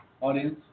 Audience